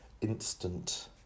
instant